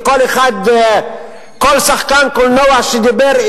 כל שחקן קולנוע שדיבר,